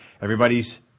everybody's